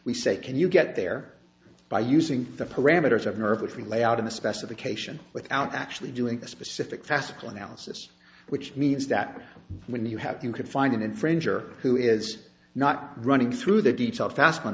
we say can you get there by using the parameters of nerve which we lay out in the specification without actually doing a specific facile analysis which means that when you have you could find an infringer who is not running through the detail fast one